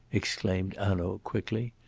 exclaimed hanaud quickly.